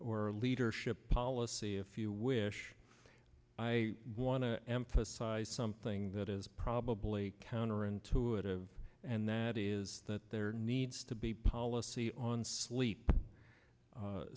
or leadership policy if you wish i want to emphasize something that is probably counterintuitive and that is that there needs to be policy on sleep